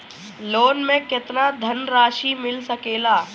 Loan मे केतना धनराशी मिल सकेला?